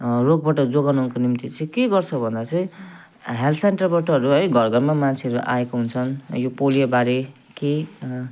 रोगबट जोगाउनुको निम्ति चाहिँ के गर्छ भन्दा चाहिँ हेल्थ सेन्टरबाटहरू है घर घरमा मान्छेहरू आएको हुन्छन् यो पोलियोबारे केही